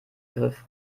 griff